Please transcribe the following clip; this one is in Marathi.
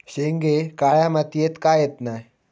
शेंगे काळ्या मातीयेत का येत नाय?